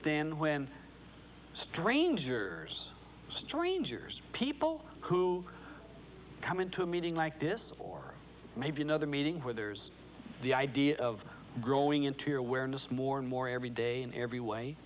then when stranger strangers people who come into a meeting like this or maybe another meeting where there's the idea of growing into your awareness more and more every day in every way